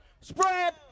Spread